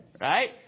Right